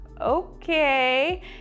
Okay